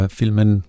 filmen